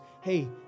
hey